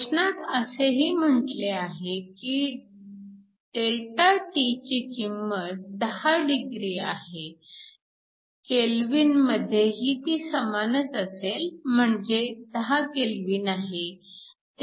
प्रश्नात असेही म्हटले आहे की Δt ची किंमत 10 degree आहे Kelvin मध्येही ती समानच असेल म्हणजेच 10 Kelvin आहे